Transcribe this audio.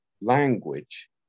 language